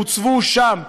מתי הוצבו שם?